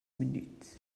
minutes